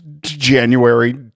January